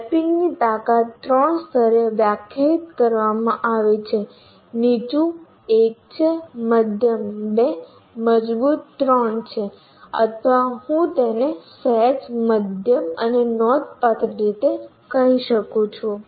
મેપિંગની તાકાત 3 સ્તરે વ્યાખ્યાયિત કરવામાં આવી છે નીચું 1 છે મધ્યમ 2 મજબૂત 3 છે અથવા હું તેને સહેજ મધ્યમ અને નોંધપાત્ર રીતે કહી શકું છું